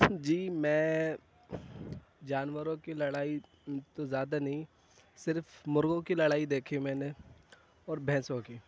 جی میں جانوروں کی لڑائی تو زیادہ نہیں صرف مرغوں کی لڑائی دیکھی ہے میں نے اور بھینسوں کی